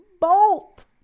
bolt